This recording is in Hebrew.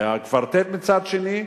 הקוורטט מצד שני,